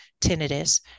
tinnitus